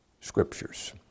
scriptures